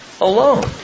alone